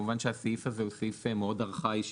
כמובן שהסעיף הזה הוא סעיף מאוד ארכאי,